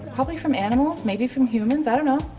probably from animals maybe from humans, i don't know.